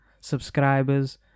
subscribers